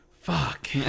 fuck